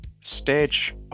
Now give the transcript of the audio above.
stage